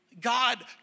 God